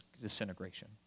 disintegration